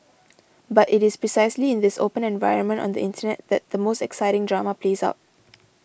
but it is precisely in this open environment on the Internet that the most exciting drama plays out